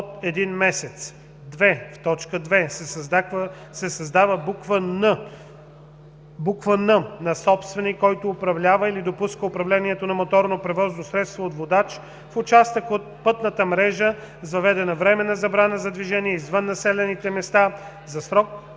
В т. 2 се създава буква „н”: „н) на собственик, който управлява или допуска управлението на моторно превозно средство от водач в участък от пътната мрежа с въведена временна забрана за движение извън населените места – за срок